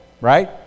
Right